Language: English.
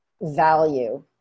value